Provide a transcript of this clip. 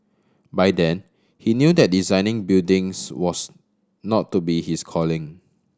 by then he knew that designing buildings was not to be his calling